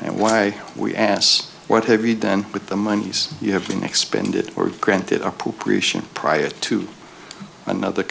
and why we asked what have you done with the monies you have been expended or granted appropriation prior to another